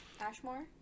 Ashmore